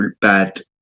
bad